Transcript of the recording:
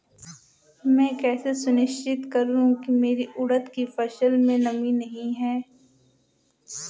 मैं कैसे सुनिश्चित करूँ की मेरी उड़द की फसल में नमी नहीं है?